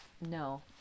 no